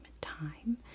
time